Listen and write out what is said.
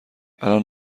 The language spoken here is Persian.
الان